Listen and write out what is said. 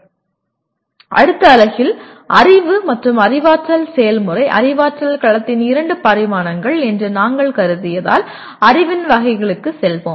இப்போது அடுத்த அலகில் அறிவு மற்றும் அறிவாற்றல் செயல்முறை அறிவாற்றல் களத்தின் இரண்டு பரிமாணங்கள் என்று நாங்கள் கருதியதால் அறிவின் வகைகளுக்குச் செல்வோம்